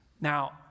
Now